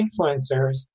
influencers